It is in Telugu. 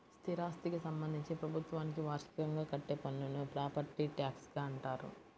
స్థిరాస్థికి సంబంధించి ప్రభుత్వానికి వార్షికంగా కట్టే పన్నును ప్రాపర్టీ ట్యాక్స్గా అంటారు